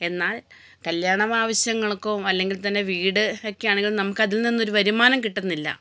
എന്നാൽ കല്യാണമാവശ്യങ്ങൾക്കോ അല്ലെങ്കിൽ തന്നെ വീട് വയ്ക്കാണെങ്കിലും നമുക്കതിൽ നിന്നൊര് വരുമാനം കിട്ടുന്നില്ല